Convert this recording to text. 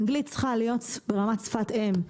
אנגלית צריכה להיות רמת שפת אם,